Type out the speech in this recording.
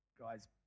guy's